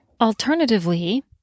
Alternatively